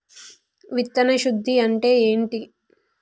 విత్తన శుద్ధి అంటే ఏంటి?